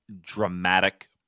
dramatic